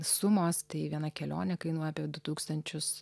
sumos tai viena kelionė kainuoja apie du tūkstančius